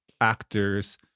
actors